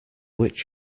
which